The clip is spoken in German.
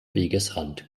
wegesrand